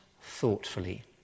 thoughtfully